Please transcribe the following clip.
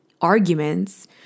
arguments